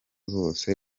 bose